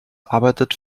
arbeitet